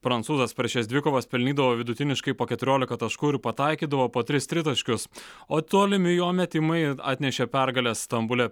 prancūzas per šias dvikovas pelnydavo vidutiniškai po keturiolika taškų ir pataikydavo po tris tritaškius o tolimi jo metimai atnešė pergalę stambule